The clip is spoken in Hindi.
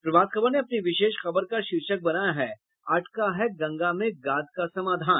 प्रभात खबर ने अपनी विशेष खबर का शीर्षक बनाया है अटका है गंगा में गाद का समाधान